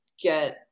get